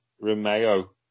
Romeo